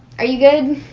are you good?